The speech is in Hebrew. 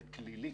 זה פלילי,